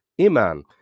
Iman